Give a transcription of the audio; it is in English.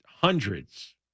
hundreds